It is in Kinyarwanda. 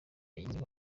igezweho